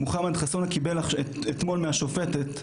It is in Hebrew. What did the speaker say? מוחמד חסונה קיבל אישור מהשופטת,